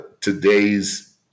today's